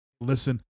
Listen